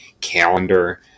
calendar